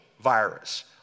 virus